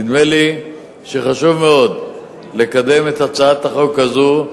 נדמה לי שחשוב מאוד לקדם את הצעת החוק הזאת,